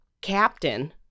captain